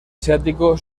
asiático